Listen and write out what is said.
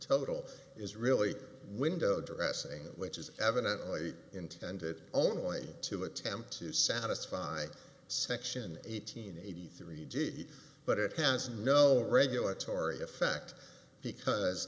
total is really window dressing which is evidently intended only to attempt to satisfy section eighteen eighty three g but it has no regulatory effect